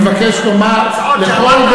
אני מבקש לומר לכל,